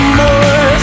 more